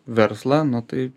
verslą nu tai